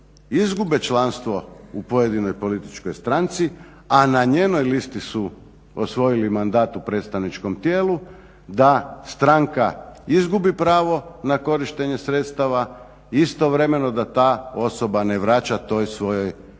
izgube članstvo u pojedinoj političkoj stranci, a na njenoj listi su osvojili mandat u predstavničkom tijelu, da stranka izgubi pravo na korištenje sredstava, istovremeno da ta osoba ne vraća toj svojoj